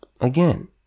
Again